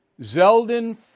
Zeldin